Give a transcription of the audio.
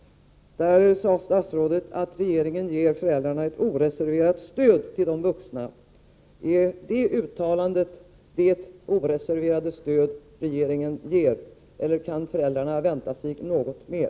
Statsrådet sade att regeringen ger föräldrarna ett oreserverat stöd. Är detta uttalande det oreserverade stöd regeringen ger, eller kan föräldrarna vänta sig något mer?